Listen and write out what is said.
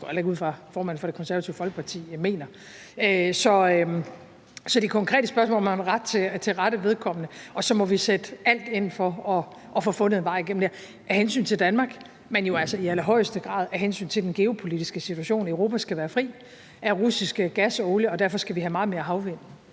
det går jeg heller ikke ud fra at formanden for Det Konservative Folkeparti mener. Så de konkrete spørgsmål må man rette til rette vedkommende, og så må vi sætte alt ind for at få fundet en vej gennem det her – af hensyn til Danmark, men jo altså i allerhøjeste grad af hensyn til den geopolitiske situation. Europa skal være fri af russisk gas og olie, og derfor skal vi have meget mere energi